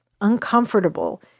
uncomfortable